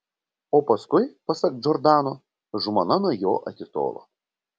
o paskui pasak džordano žmona nuo jo atitolo